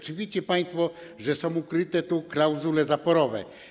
Czy widzicie państwo, że są ukryte tu klauzule zaporowe?